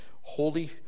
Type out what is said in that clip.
holy